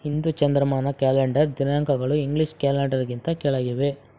ಹಿಂದೂ ಚಾಂದ್ರಮಾನ ಕ್ಯಾಲೆಂಡರ್ ದಿನಾಂಕಗಳು ಇಂಗ್ಲಿಷ್ ಕ್ಯಾಲೆಂಡರ್ಗಿಂತ ಕೆಳಗಿವೆ